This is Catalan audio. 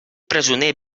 presoner